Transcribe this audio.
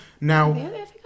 Now